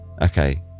Okay